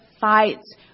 fights